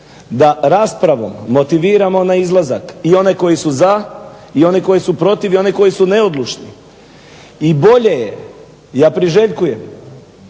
da raspravom motiviramo na izlazak i one koji su za i oni koji su protiv i oni koji su neodlučni. I bolje je ja priželjkujem,